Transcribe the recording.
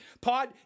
Pod